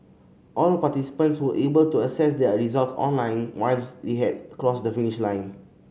all participants were able to access their results online once they had crossed the finish line